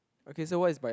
okay so what is bi~